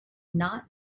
not